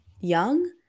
young